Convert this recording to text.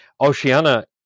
Oceana